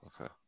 Okay